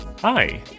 Hi